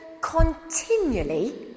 continually